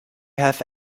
have